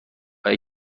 آیا